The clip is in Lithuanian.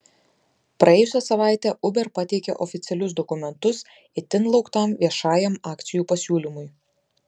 praėjusią savaitę uber pateikė oficialius dokumentus itin lauktam viešajam akcijų pasiūlymui